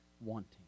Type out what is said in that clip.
wanting